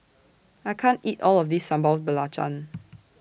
I can't eat All of This Sambal Belacan